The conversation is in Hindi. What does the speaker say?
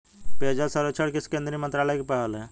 पेयजल सर्वेक्षण किस केंद्रीय मंत्रालय की पहल है?